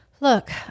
Look